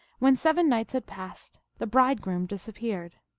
when seven nights had passed the bride groom disappeared.